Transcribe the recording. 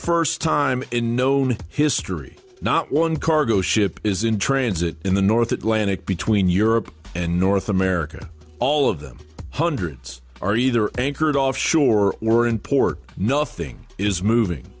first time in known history not one cargo ship is in transit in the north atlantic between europe and north america all of them hundreds are either anchored off shore were in port nothing is moving